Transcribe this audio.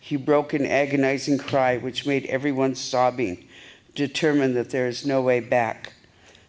he broke an agonizing cry which made everyone stop being determined that there's no way back